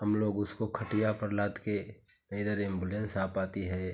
हम लोग उसको खटिया पर लाद के ना इधर एम्बुलेंस आ पाती है